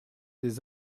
des